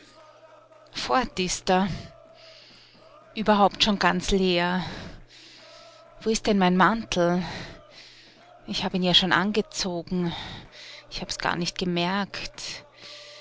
fort ist er überhaupt schon ganz leer wo ist denn mein mantel ich hab ihn ja schon angezogen ich hab's gar nicht gemerkt